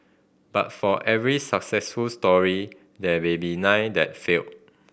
but for every successful story there may be nine that failed